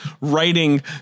writing